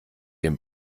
dem